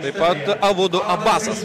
taip pat abudu abasas